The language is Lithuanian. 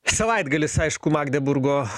savaitgalis aišku magdeburgo